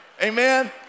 Amen